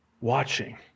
watching